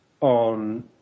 on